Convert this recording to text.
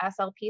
SLP